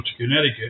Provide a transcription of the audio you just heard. Connecticut